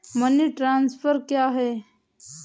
Money transfer क्या है?